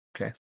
Okay